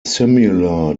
similar